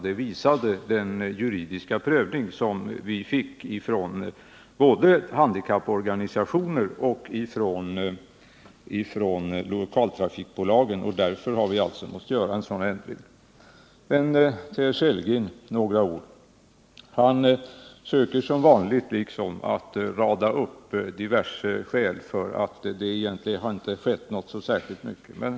Det visade den juridiska prövning som vi fick redovisad både från handikapporganisationer och från lokaltrafikbolagen, och därför har vi alltså måste göra en ändring. Så några ord till herr Sellgren. Han söker som vanligt rada upp diverse argument för att det inte egentligen har skett så särskilt mycket i utskottet.